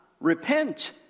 repent